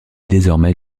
désormais